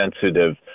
sensitive